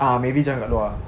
ah maybe join kat luar